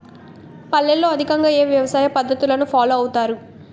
పల్లెల్లో అధికంగా ఏ వ్యవసాయ పద్ధతులను ఫాలో అవతారు?